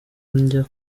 njya